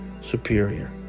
superior